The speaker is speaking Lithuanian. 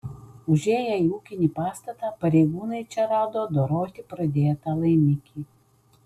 užėję į ūkinį pastatą pareigūnai čia rado doroti pradėtą laimikį